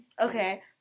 Okay